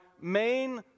main